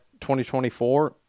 2024